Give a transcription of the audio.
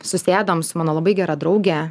susėdom su mano labai gera drauge